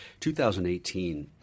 2018